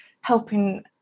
helping